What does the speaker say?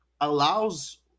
allows